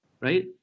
right